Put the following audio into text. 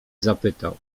zapytał